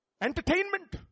entertainment